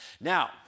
Now